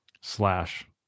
slash